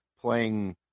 playing